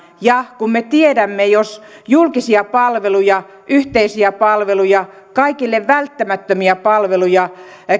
ja kun me tiedämme että jos julkisia palveluja yhteisiä palveluja kaikille välttämättömiä palveluja